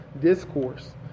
discourse